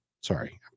sorry